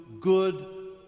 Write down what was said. good